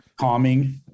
calming